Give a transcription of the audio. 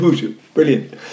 Brilliant